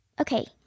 okay